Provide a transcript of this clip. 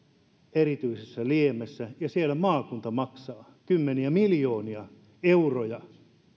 erityisessä liemessä ja siellä maakunta maksaa kymmeniä miljoonia euroja